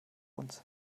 uns